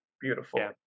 beautiful